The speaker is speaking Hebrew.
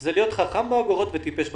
זה להיות חכם באגורות וטיפש בשקלים,